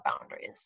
boundaries